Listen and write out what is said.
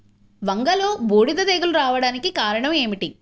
వంగలో బూడిద తెగులు రావడానికి కారణం ఏమిటి?